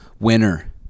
winner